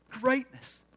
greatness